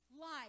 life